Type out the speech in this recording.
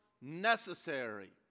necessary